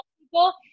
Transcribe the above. people